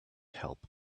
help